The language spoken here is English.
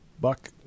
Buck